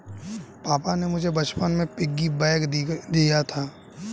पापा ने मुझे बचपन में पिग्गी बैंक दिया था